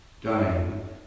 dying